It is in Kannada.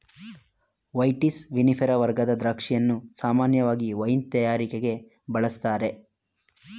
ವೈಟಿಸ್ ವಿನಿಫೆರಾ ವರ್ಗದ ದ್ರಾಕ್ಷಿಯನ್ನು ಸಾಮಾನ್ಯವಾಗಿ ವೈನ್ ತಯಾರಿಕೆಗೆ ಬಳುಸ್ತಾರೆ